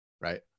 right